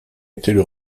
étaient